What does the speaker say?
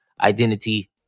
identity